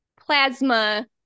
plasma